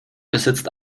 besitzt